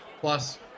Plus